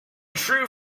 true